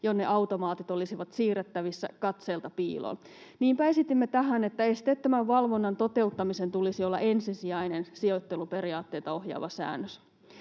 jonne automaatit olisivat siirrettävissä katseelta piiloon. Niinpä esitimme tähän, että esteettömän valvonnan toteuttamisen tulisi olla ensisijainen sijoitteluperiaatteita ohjaava säännös.